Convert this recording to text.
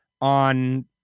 on